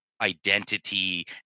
Identity